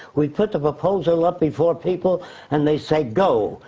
we put the proposal up before people and they say go.